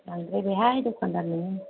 बांद्रायबायहाय दखानदारि नोङो